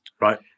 Right